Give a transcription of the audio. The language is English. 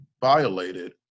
violated